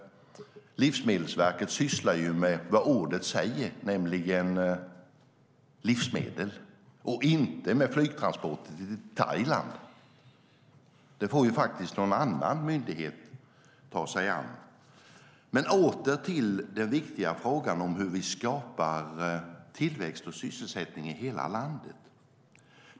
Livsmedelsverket sysslar med vad ordet säger, nämligen livsmedel, och inte med flygtransporter till Thailand. Det får någon annan myndighet ta sig an. Låt oss återgå till den viktiga frågan hur vi skapar tillväxt och sysselsättning i hela landet.